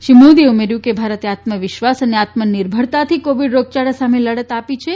શ્રી મોદીએ ઉમેર્યું કે ભારતે આત્મવિશ્વાસ અને આત્મનિર્ભરતાથી કોવિડ રોગયાળા સામે લડત આપી છે